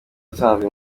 usanzwe